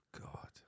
God